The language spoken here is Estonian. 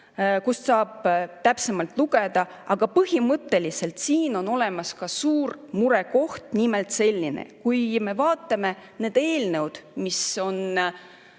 kust saab täpsemalt lugeda, aga põhimõtteliselt siin on olemas ka suur murekoht. Nimelt selline. Kui me vaatame neid eelnõusid, mis on